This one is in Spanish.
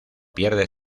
pierde